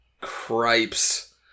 Cripes